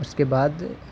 اس کے بعد